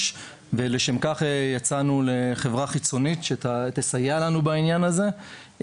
ולשם כך פנינו לחברה חיצונית שתסייע לנו בעניין הזה,